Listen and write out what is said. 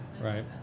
Right